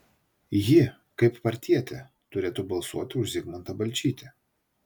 ji kaip partietė turėtų balsuoti už zigmantą balčytį